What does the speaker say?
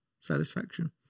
satisfaction